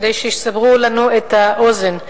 כדי שיסברו לנו את האוזן.